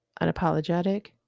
unapologetic